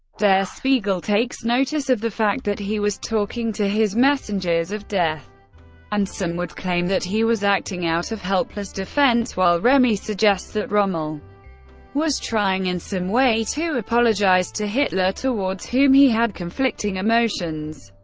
der spiegel takes notice of the fact that he was talking to his messengers of death and some would claim that he was acting out of helpless defense while remy suggests that rommel was trying in some way to apologize to hitler, towards whom he had conflicting emotions,